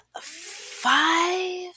five